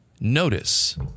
Notice